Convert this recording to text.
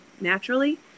naturally